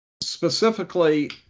specifically